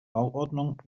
bauordnung